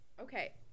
okay